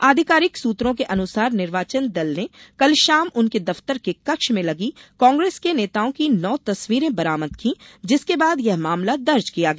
आधिकारिक सूत्रों के अनुसार निर्वाचन दल ने कल शाम उनके दफ्तर के कक्ष में लगी कांग्रेस के नेताओं की नौ तस्वीरें बरामद की जिसके बाद यह मामला दर्ज किया गया